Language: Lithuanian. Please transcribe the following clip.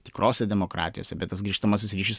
tikrose demokratijose bet tas grįžtamasis ryšys